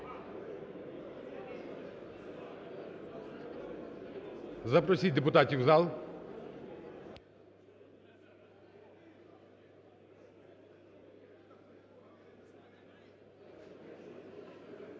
Запросіть депутатів в зал,